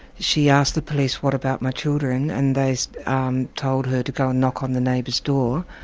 she asked the police what about my children? and they um told her to go and knock on the neighbour's door,